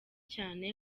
cyane